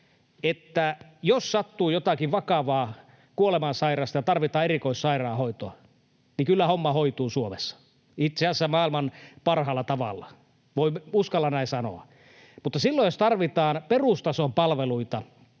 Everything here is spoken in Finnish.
että jos sattuu jotakin vakavaa, kuolemansairaus, tai tarvitaan erikoissairaanhoitoa, niin kyllä homma hoituu Suomessa, itse asiassa maailman parhaalla tavalla — uskallan näin sanoa. Mutta silloin, jos tarvitaan perustason palveluita,